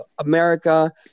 america